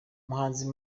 umuhanzi